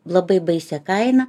labai baisią kainą